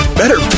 better